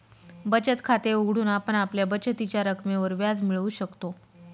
बचत खाते उघडून आपण आपल्या बचतीच्या रकमेवर व्याज मिळवू शकतो